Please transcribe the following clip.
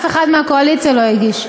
אף אחד מהקואליציה לא הגיש.